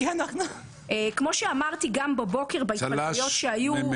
כמו שאמרתי גם בבוקר בהתפלגויות שהיו,